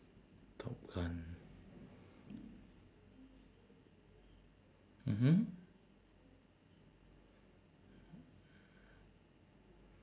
top gun mmhmm